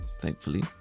thankfully